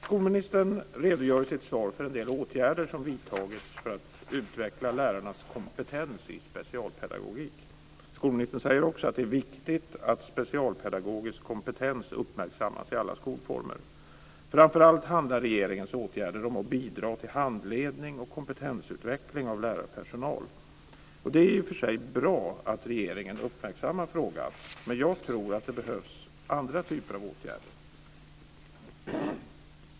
Skolministern redogör i sitt svar för en del åtgärder som vidtagits för att utveckla lärarnas kompetens i specialpedagogik. Skolministern säger också att det är viktigt att specialpedagogisk kompetens uppmärksammas i alla skolformer. Framför allt handlar regeringens åtgärder om att bidra till handledning och kompetensutveckling av lärarpersonal. Det är i och för sig bra att regeringen uppmärksammar frågan, men jag tror att det behövs andra typer av åtgärder.